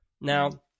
Now